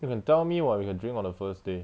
you can tell me [what] we can drink on the first day